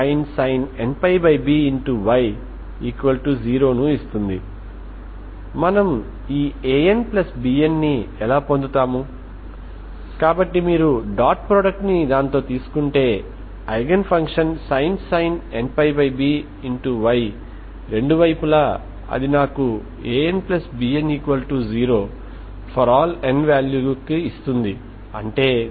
కనుక ఇది కూడా ఒకదాన్ని ఉపయోగించి పరిష్కరించగలదు కాబట్టి దీనిని మనం ఒక హీట్ ఈక్వేషన్ గా చేయకపోతే మనం దీనిని పరిష్కరించలేము ఎందుకంటే ఇప్పుడు మనం చేసేది ఏమిటంటే మీరు మొదట్లో కొంత ఉష్ణోగ్రత వద్ద ఇలాంటి ప్లేట్ కలిగి ఉన్నప్పుడు మరియు మీరు కొంత ఉష్ణోగ్రతను బౌండరీ వద్ద కొనసాగిస్తారు